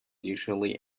usually